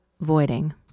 voiding